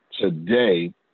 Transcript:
Today